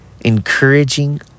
encouraging